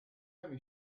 only